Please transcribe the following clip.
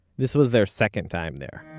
this was their second time there